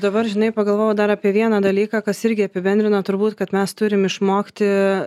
dabar žinai pagalvojau dar apie vieną dalyką kas irgi apibendrino turbūt kad mes turim išmokti